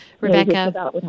Rebecca